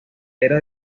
era